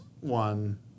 one